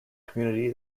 community